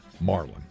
Marlin